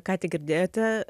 ką tik girdėjote